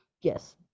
Yes